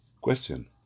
Question